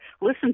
Listen